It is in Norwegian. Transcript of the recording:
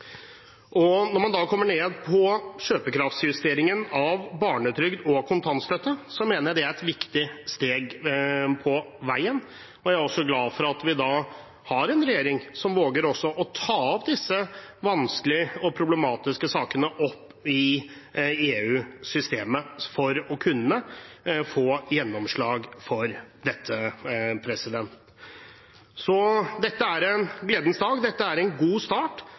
er et viktig steg på veien. Jeg er glad for at vi har en regjering som våger å ta disse vanskelige og problematiske sakene opp i EU-systemet, for å kunne få gjennomslag for dette. Så dette er en gledens dag, dette er en god start,